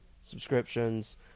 subscriptions